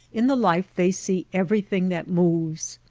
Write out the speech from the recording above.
in the life they see every thing that moves.